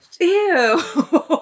Ew